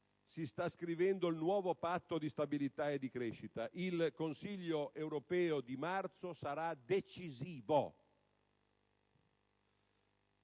si sta scrivendo il nuovo Patto di stabilità e di crescita. Il Consiglio europeo di marzo sarà decisivo.